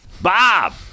Bob